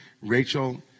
Rachel